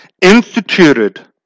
instituted